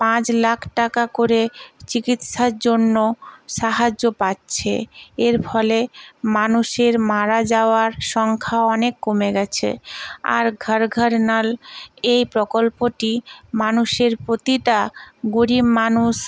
পাঁচ লাখ টাকা করে চিকিৎসার জন্য সাহায্য পাচ্ছে এর ফলে মানুষের মারা যাওয়ার সংখ্যাও অনেক কমে গেছে আর ঘর ঘর নল এই প্রকল্পটি মানুষের প্রতিটা গরীব মানুষ